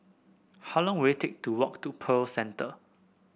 how long will it take to walk to Pearl Centre